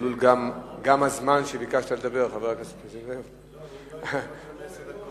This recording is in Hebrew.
קובע שהחוק עבר בקריאה ראשונה,